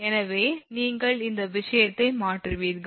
எனவே நீங்கள் அந்த விஷயத்தை மாற்றுவீர்கள்